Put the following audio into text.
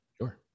Sure